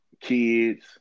Kids